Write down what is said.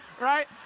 right